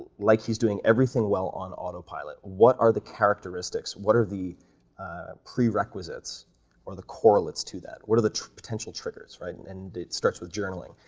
like he is doing everything well on autopilot, what are the characteristics, what are the prerequisites or the correlates to that? what are the potential triggers, right, and and it starts with journaling.